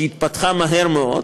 שהתפתחה מהר מאוד,